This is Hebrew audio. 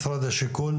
משרד השיכון,